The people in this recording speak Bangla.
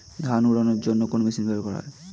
ধান উড়ানোর জন্য কোন মেশিন ব্যবহার করা হয়?